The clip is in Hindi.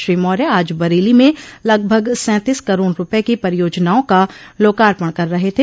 श्री मौर्य आज बरेली में लगभग सैंतीस करोड़ रूपये की परियोजनाओं का लोकार्पण कर रहे थे